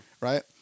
right